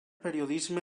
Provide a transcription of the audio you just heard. periodisme